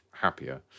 happier